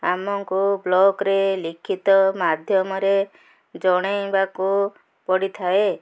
ଆମକୁ ବ୍ଲକ୍ରେ ଲିଖିତ ମାଧ୍ୟମରେ ଜଣାଇବାକୁ ପଡ଼ିଥାଏ